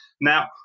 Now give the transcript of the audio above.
Now